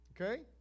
Okay